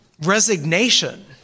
resignation